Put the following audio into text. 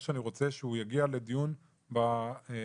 אני רוצה שיגיע לדיון בוועדה.